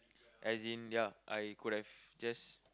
as in ya I could have just